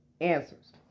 answers